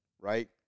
right